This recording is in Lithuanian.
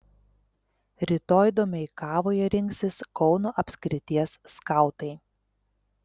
rytoj domeikavoje rinksis kauno apskrities skautai